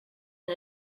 and